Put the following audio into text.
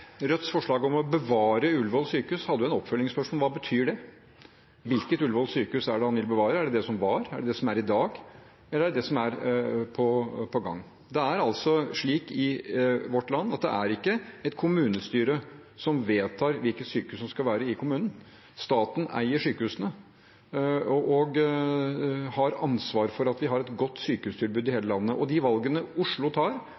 Rødts forslag om å bevare Ullevål sykehus fører til et oppfølgingsspørsmål: Hva betyr det? Hvilket Ullevål sykehus er det han vil bevare – det som var, det som er i dag, eller er det det som er på gang? Det er altså slik i vårt land at det er ikke et kommunestyre som vedtar hvilket sykehus som skal være i kommunen. Staten eier sykehusene og har ansvar for at vi har et godt sykehustilbud i hele landet. De valgene Oslo tar,